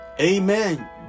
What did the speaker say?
Amen